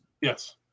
Yes